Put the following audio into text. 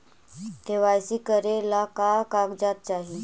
KYC करे ला का का कागजात चाही?